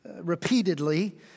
repeatedly